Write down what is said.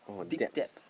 dig debt